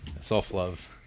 self-love